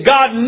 God